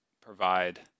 provide